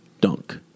dunk